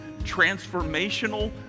transformational